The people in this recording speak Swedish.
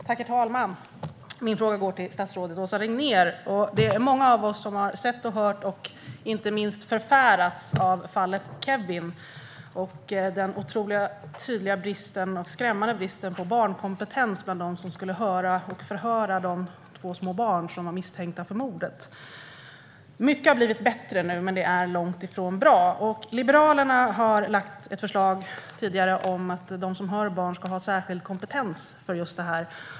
Herr talman! Min fråga går till statsrådet Åsa Regnér. Det är många av oss som har sett och hört och inte minst förfärats av fallet Kevin och den otroligt tydliga och skrämmande bristen på barnkompetens hos dem som skulle höra och förhöra de två små barn som var misstänkta för mordet. Mycket har blivit bättre nu, men det är långt ifrån bra. Liberalerna har tidigare lagt fram ett förslag om att de som hör barn ska ha särskild kompetens för det.